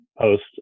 post